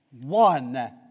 One